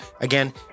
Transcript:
again